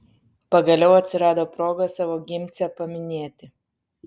pagaliau atsirado proga savo gimcę paminėti